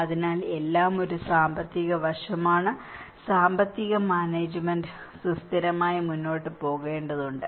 അതിനാൽ എല്ലാം ഒരു സാമ്പത്തിക വശമാണ് സാമ്പത്തിക മാനേജ്മെന്റ് സുസ്ഥിരമായി മുന്നോട്ട് പോകേണ്ടതുണ്ട്